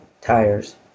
tires